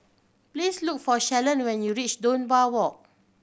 please look for Shalon when you reach Dunbar Walk